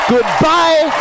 Goodbye